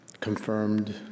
confirmed